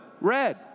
red